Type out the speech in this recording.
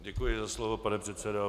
Děkuji za slovo, pane předsedo.